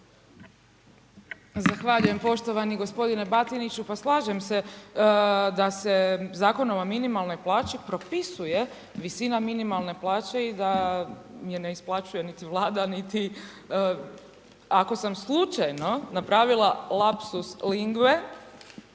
Zahvaljujem poštovani gospodine Batiniću, pa slažem se da se Zakonom o minimalnoj plaći propisuje visina minimalne plaće i da je ne isplaćuje niti Vlada, niti, ako sam slučajno napravila lapsus lingue,